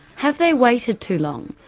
have they waited too long,